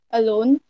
alone